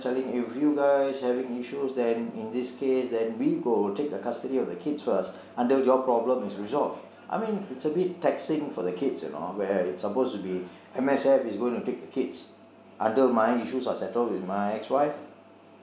telling if you guys having issues then in this case then we will take the custody of the kids first until your problem is resolved I mean it's a bit taxing for the kids you know where it's supposed to be M_S_F is going to take the kids until my issues are settled with my ex wife